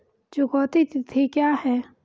चुकौती तिथि क्या है?